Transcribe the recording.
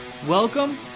welcome